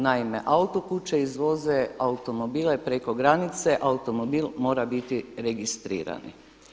Naime, auto kuće izvoze automobile preko granice, automobil mora biti registrirani.